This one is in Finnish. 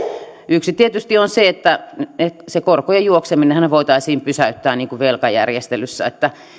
yksi tietysti on se että se korkojen juokseminenhan voitaisiin pysäyttää niin kuin velkajärjestelyssä